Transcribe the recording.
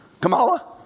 Kamala